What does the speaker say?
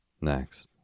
Next